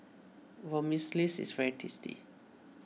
Vermicelli is very tasty